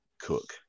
cook